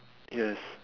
yes